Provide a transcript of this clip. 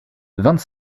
vingt